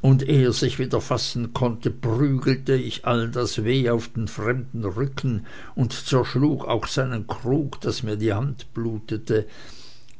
und eh er sich wieder fassen konnte prügelte ich all das weh auf den fremden rücken und zerschlug auch seinen krug daß mir die hand blutete